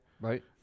Right